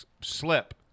slip